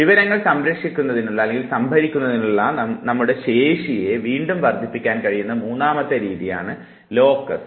വിവരങ്ങൾ സംഭരിക്കുന്നതിനുള്ള നിങ്ങളുടെ ശേഷിയെ വീണ്ടും വർദ്ധിപ്പിക്കാൻ കഴിയുന്ന മൂന്നാമത്തെ രീതിയാണ് ലോക്കസ്